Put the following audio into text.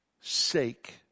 sake